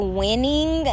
winning